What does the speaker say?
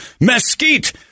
mesquite